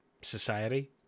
society